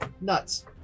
nuts